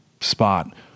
spot